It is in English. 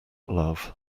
love